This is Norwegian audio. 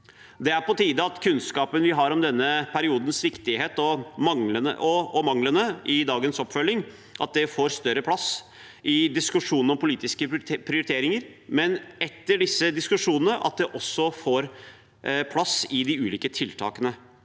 Det er på tide at kunnskapen vi har om denne periodens viktighet og manglene i dagens oppfølging, får større plass i diskusjonen om politiske prioriteringer, men at det også, etter disse diskusjonene, får plass i de ulike tiltakene.